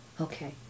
Okay